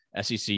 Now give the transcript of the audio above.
SEC